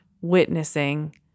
witnessing